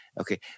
Okay